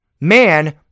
man